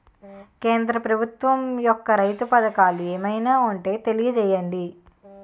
కేంద్ర ప్రభుత్వం యెక్క రైతు పథకాలు ఏమైనా ఉంటే తెలియజేయండి?